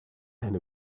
and